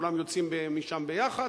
וכולם יוצאים משם ביחד,